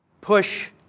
push